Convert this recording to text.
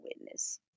witness